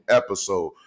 episode